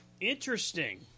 Interesting